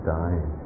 dying